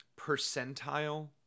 percentile